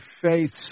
faith